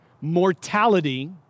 Mortality